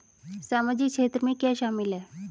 सामाजिक क्षेत्र में क्या शामिल है?